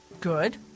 good